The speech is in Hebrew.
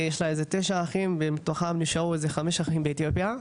יש לה תשע אחים ומתוכם נשארו איזה חמש אחים באתיופיה.